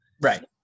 Right